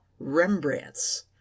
Rembrandts